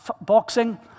boxing